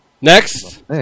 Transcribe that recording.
Next